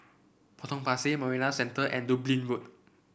Potong Pasir Marina Centre and Dublin Road